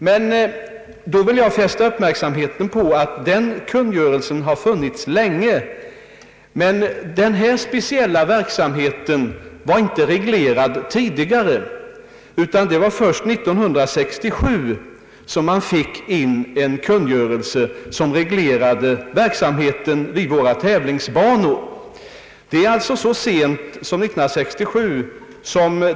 Jag vill fästa uppmärksamheten på att den kungörelsen har funnits länge, men verksamheten vid våra tävlingsbanor reglerades inte förrän 1967.